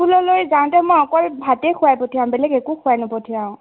স্কুললৈ যাওঁতে মই অকল ভাতে খোৱাই পঠিয়াওঁ বেলেগ একো খোৱাই নপঠিয়াওঁ